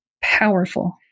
powerful